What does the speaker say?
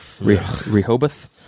Rehoboth